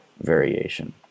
variation